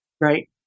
Right